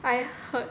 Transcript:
I heard